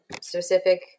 specific